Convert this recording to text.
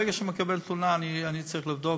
ברגע שאני מקבל תלונה אני צריך לבדוק,